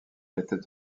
était